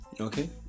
okay